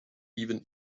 even